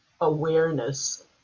awareness